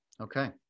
Okay